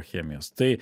chemijos tai